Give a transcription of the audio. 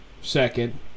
second